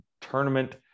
tournament